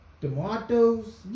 tomatoes